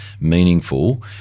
meaningful